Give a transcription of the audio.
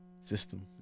system